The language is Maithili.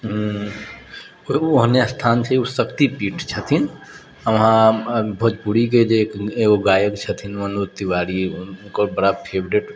ओहने स्थान छै ओ शक्तिपीठ छथिन्ह वहाँ भोजपुरीके जे एकगो गायक छथिन्ह मनोज तिवारी ओकर फेवरेट